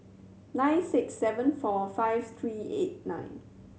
nine six seven four five three eight nine